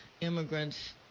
immigrants